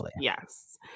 yes